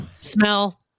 smell